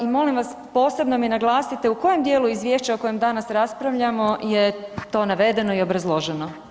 I molim vas, posebno mi naglasite u kojem dijelu izvješća o kojem danas raspravljamo je to navedeno i obrazloženo?